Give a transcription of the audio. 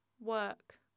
work